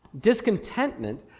discontentment